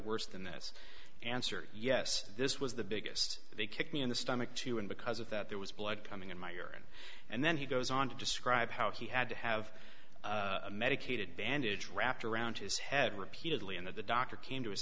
worse than this answer yes this was the biggest they kicked me in the stomach too and because of that there was blood coming in my urine and then he goes on to describe how he had to have a medicated bandage wrapped around his head repeatedly and that the doctor came to his